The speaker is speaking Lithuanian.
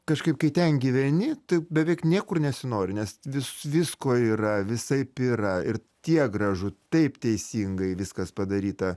kažkaip kai ten gyveni tai beveik niekur nesinori nes vis visko yra visaip yra ir tiek gražu taip teisingai viskas padaryta